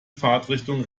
fahrtrichtung